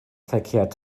verkehrt